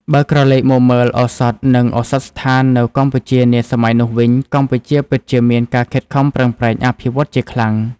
បើក្រឡេកមកមើល ឱសថ និងឱសថស្ថាននៅកម្ពុជានាសម័យនោះវិញ កម្ពុជាពិតជាមានការខិតខំប្រឹងប្រែងអភិវឌ្ឍន៍ជាខ្លាំង។